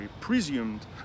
presumed